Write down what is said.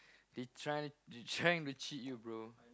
they trying they trying to cheat you bro